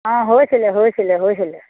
অ হৈছিলে হৈছিলে হৈছিলে